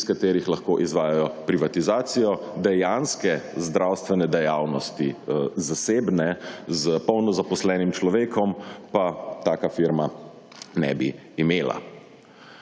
iz katerih lahko izvajajo privatizacijo dejanske zdravstvene dejavnosti. Zasebne, s polno zaposlenim človekom, pa taka firma ne bi imela.